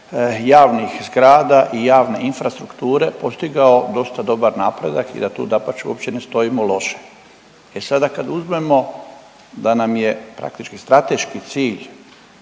javnih zgrada i javne infrastrukture postigao dosta dobar napredak i da tu dapače uopće ne stojimo loše. E sada kad uzmemo da nam je praktički strateški cilj